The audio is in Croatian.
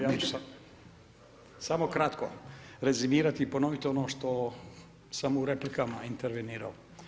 Ja ću samo kratko rezimirati i ponoviti ono što sam u replikama intervenirao.